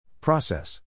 Process